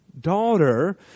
daughter